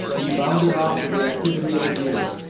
he bounded off with the activity of a deer.